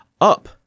up